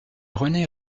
rené